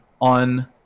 on